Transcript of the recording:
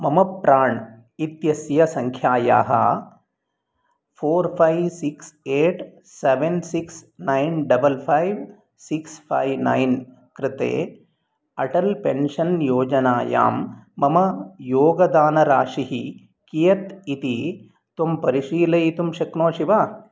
मम प्राण् इत्यस्य सङ्ख्यायाः four five six eight seven six nine double five six five nine कृते अटल् पेन्शन् योजनायां मम योगदानराशिः कियत् इति त्वं परिशीलयितुं शक्नोषि वा